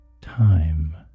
time